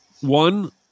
One